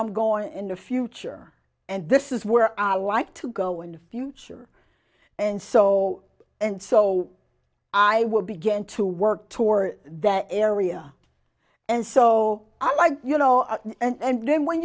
i'm going in the future and this is where i like to go in the future and so and so i would begin to work toward that area and so i like you know and then when